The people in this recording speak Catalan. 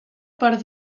per